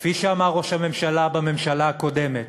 כפי שאמר ראש הממשלה בממשלה הקודמת